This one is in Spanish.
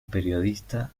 periodista